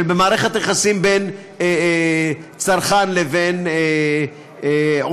במערכת היחסים בין צרכן לבין עוסק.